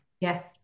Yes